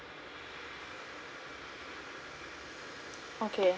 okay